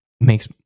Makes